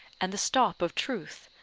and the stop of truth,